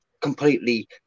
completely